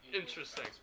Interesting